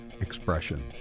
expression